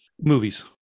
movies